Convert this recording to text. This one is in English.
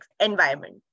environment